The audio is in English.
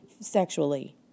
Sexually